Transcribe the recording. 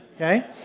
okay